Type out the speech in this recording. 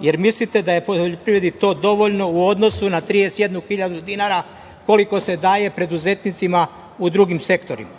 Jer mislite da je poljoprivredi to dovoljno u odnosu na 31 hiljadu dinara, koliko se daje preduzetnicima u drugim sektorima?